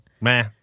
Meh